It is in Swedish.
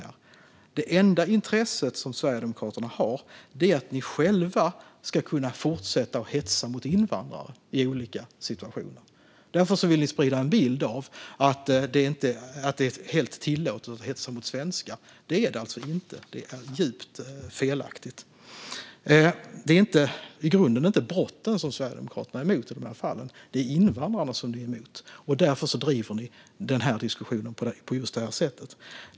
Sverigedemokraternas enda intresse i detta är att de själva ska kunna fortsätta att hetsa mot invandrare i olika situationer. Därför vill ni sprida en bild av att det är tillåtet att hetsa mot svenskar. Men det är det alltså inte. Det är djupt felaktigt. I grunden är det inte dessa brott Sverigedemokraterna är emot utan invandrarna, och därför driver de diskussionen på detta sätt.